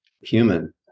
human